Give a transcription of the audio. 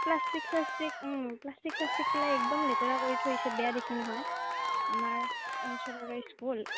plastic স্লাষ্টিক plastic স্লাষ্টিক পেলাই একদম লেতেৰা কৰি থৈছে বেয়া দেখি নহয় আমাৰ অঞ্চলৰে স্কুল